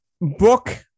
book